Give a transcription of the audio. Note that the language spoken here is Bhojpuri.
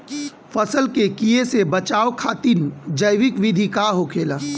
फसल के कियेसे बचाव खातिन जैविक विधि का होखेला?